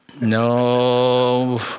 No